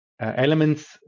elements